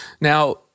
Now